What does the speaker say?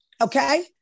okay